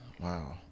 Wow